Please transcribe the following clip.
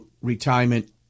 retirement